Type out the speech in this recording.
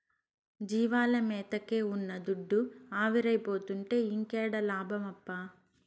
జీవాల మేతకే ఉన్న దుడ్డు ఆవిరైపోతుంటే ఇంకేడ లాభమప్పా